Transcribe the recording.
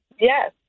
Yes